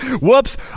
Whoops